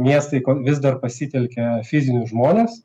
miestai kom vis dar pasitelkia fizinius žmones